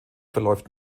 verläuft